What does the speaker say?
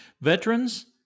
Veterans